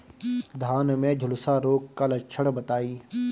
धान में झुलसा रोग क लक्षण बताई?